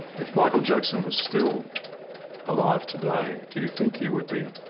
if michael jackson was still alive today, do you think you would be?